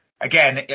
again